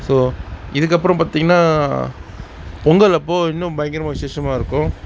so இதுக்கப்புறம் பார்த்திங்கனா பொங்கலப்போது இன்னும் பயங்கரமாக விசேஷமாகருக்கும்